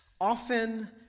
often